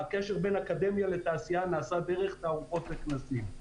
הקשר בין אקדמיה לתעשייה נעשה דרך תערוכות וכנסים.